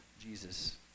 Jesus